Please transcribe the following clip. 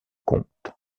contes